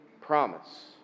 promise